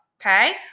okay